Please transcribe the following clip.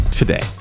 Today